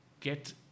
get